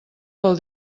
pel